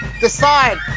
decide